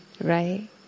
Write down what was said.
right